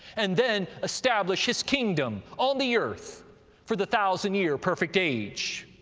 and then establish his kingdom on the earth for the thousand-year perfect age.